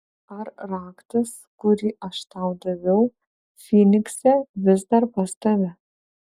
ar raktas kurį aš tau daviau fynikse vis dar pas tave